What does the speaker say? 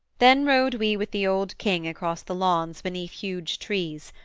then rode we with the old king across the lawns beneath huge trees,